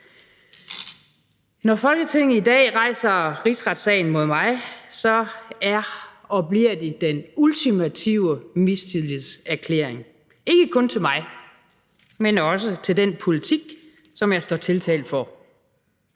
Når Folketinget i dag rejser rigsretssagen mod mig, er og bliver det den ultimative mistillidserklæring, ikke kun til mig, men også til den politik, som jeg står tiltalt for.